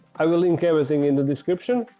i will link everything in the description.